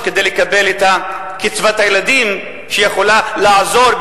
כדי לקבל את קצבת הילדים שיכולה לעזור,